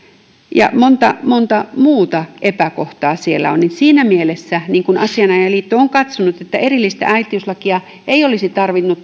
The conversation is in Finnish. monta monta muuta epäkohtaa siellä on siinä mielessä niin kuin asianajajaliitto on katsonut tällaista erillistä monimutkaista äitiyslakia ei olisi tarvinnut